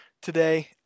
today